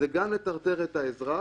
זה גם מטרטר את האזרח